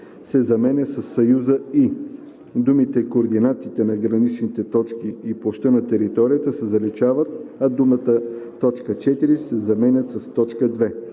се заменя със съюза „и“, думите „координатите на граничните точки и площта на територията,“ се заличават, а думите „т. 4“ се заменят с „т. 2“.